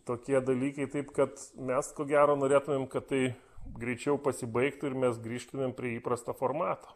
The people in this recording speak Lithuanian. tokie dalykai taip kad mes ko gero norėtumėm kad tai greičiau pasibaigtų ir mes grįžtumėm prie įprasto formato